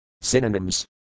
Synonyms